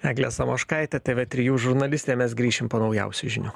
eglė samoškaitė tėvė trijų žurnalistė mes grįšim po naujausių žinių